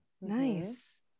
Nice